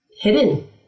hidden